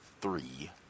three